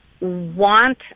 want